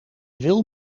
wil